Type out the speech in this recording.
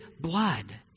blood